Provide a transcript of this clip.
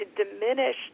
diminish